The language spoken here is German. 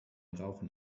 rauchen